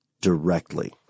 directly